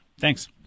Thanks